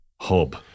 Hub